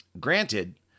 Granted